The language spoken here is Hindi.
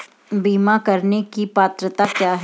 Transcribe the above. बीमा करने की पात्रता क्या है?